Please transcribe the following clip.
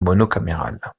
monocaméral